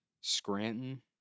Scranton